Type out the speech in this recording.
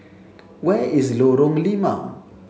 where is Lorong Limau